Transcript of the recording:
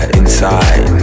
inside